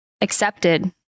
accepted